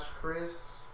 Chris